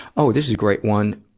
oh, this is a great one.